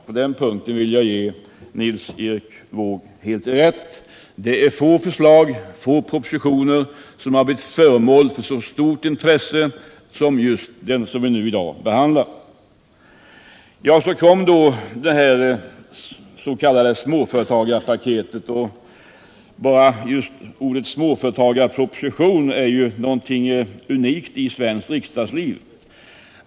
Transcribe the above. På den punkten vill jag ge Nils Erik Wååg rätt. Det är få propositioner som har blivit föremål för så stort intresse som just den proposition vi i dag behandlar. Ja, så kom då detta s.k. småföretagarpaket. Bara benämningen småföretagarproposition är ju något unikt i svenskt riksdagsliv.